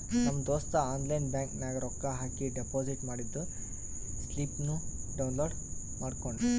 ನಮ್ ದೋಸ್ತ online bank ನಾಗ್ ರೊಕ್ಕಾ ಹಾಕಿ ಡೆಪೋಸಿಟ್ ಮಾಡಿದ್ದು ಸ್ಲಿಪ್ನೂ ಡೌನ್ಲೋಡ್ ಮಾಡ್ಕೊಂಡ್